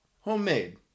Homemade